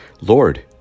Lord